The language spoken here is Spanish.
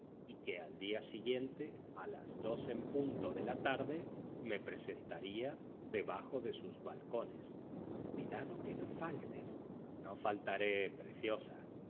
y que al día siguiente a las dos en punto de la tarde me presentaría debajo de sus balcones cuidado que no faltes no faltaré preciosa